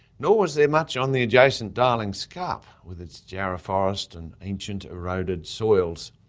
nor was there much on the adjacent darling scarp with its jarrah forest and ancient, eroded soils.